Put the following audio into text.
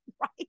Right